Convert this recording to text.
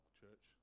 church